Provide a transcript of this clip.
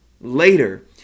later